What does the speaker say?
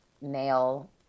male